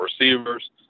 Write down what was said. receivers